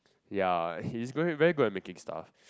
ya he's very good at making stuff